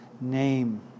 name